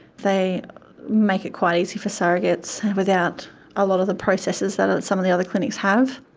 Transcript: they make it quite easy for surrogates without a lot of the processes that some of the other clinics have.